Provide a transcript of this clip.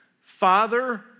Father